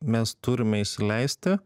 mes turime įsileisti